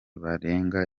barenga